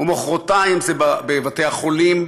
ומחרתיים זה בבתי-החולים,